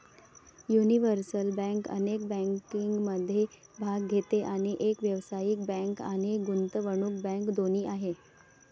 universal bank अनेक बँकिंगमध्ये भाग घेते आणि एक व्यावसायिक बँक आणि गुंतवणूक बँक दोन्ही आहे